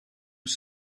was